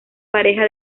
pareja